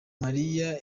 mariya